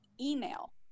email